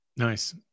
Nice